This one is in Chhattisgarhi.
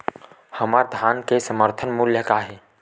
हमर धान के समर्थन मूल्य का हे?